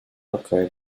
какая